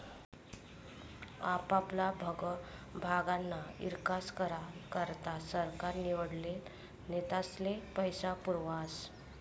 आपापला भागना ईकास करा करता सरकार निवडेल नेतास्ले पैसा पुरावस